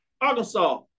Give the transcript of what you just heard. Arkansas